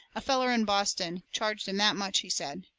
a feller in boston charged him that much, he said.